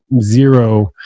zero